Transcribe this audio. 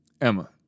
Emma